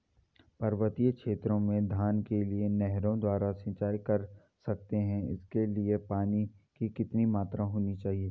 पर्वतीय क्षेत्रों में धान के लिए नहरों द्वारा सिंचाई कर सकते हैं इसके लिए पानी की कितनी मात्रा होनी चाहिए?